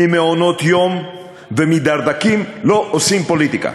ממעונות יום ומדרדקים לא עושים פוליטיקה.